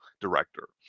director